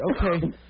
okay